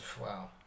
Wow